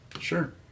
Sure